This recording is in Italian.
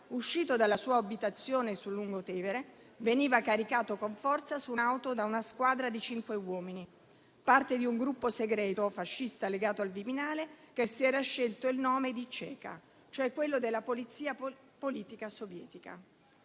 uscito dalla sua abitazione sul Lungotevere, venne caricato a forza su un'auto da una squadra di cinque uomini, parte di un gruppo segreto fascista legato al Viminale, che si era scelto il nome di Čeka, quello della polizia politica sovietica.